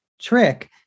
trick